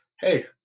hey